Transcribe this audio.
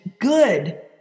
good